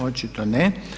Očito ne.